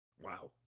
Wow